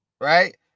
right